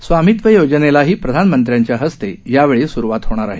स्वामित्व योजनेलाही प्रधानमंत्र्याच्या हस्ते यावेळी स्रुवात होणार आहे